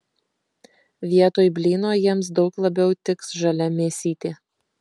vietoj blyno jiems daug labiau tiks žalia mėsytė